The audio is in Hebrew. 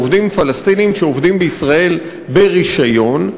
בעובדים פלסטינים שעובדים בישראל ברישיון.